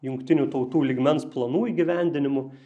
jungtinių tautų lygmens planų įgyvendinimu